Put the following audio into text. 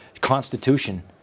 Constitution